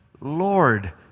Lord